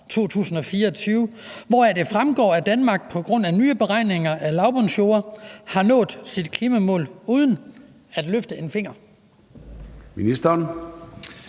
2024, hvoraf det fremgår, at Danmark på grund af nye beregninger af lavbundsjorder har nået sit klimamål uden at løfte en finger? Kl.